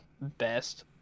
best